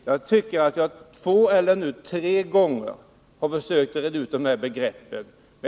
Herr talman! Två eller tre gånger har jag försökt reda ut begreppen för Per Olof Håkansson.